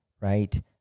right